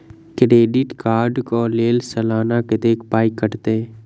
Credit card कऽ लेल सलाना कत्तेक पाई कटतै?